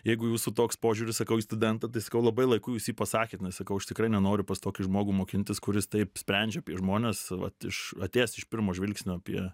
jeigu jūsų toks požiūris sakau į studentą tai sakau labai laiku jūs jį pasakėt na sakau aš tikrai nenoriu pas tokį žmogų mokintis kuris taip sprendžia apie žmones vat iš atėjęs iš pirmo žvilgsnio apie